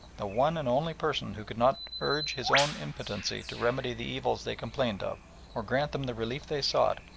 the one and only person who could not urge his own impotency to remedy the evils they complained of or grant them the relief they sought,